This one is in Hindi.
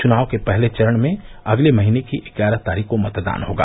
चुनाव के पहले चरण में अगले महीने की ग्यारह तारीख को मतदान होगा